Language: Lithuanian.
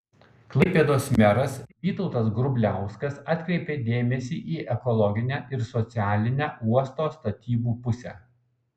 klaipėdos meras vytautas grubliauskas atkreipė dėmesį į ekologinę ir socialinę uosto statybų pusę